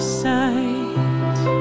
side